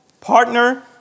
partner